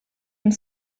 and